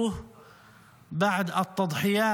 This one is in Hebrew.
לתקוף